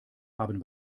haben